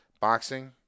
boxing